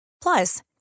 Plus